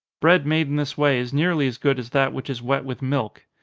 bread made in this way is nearly as good as that which is wet with milk.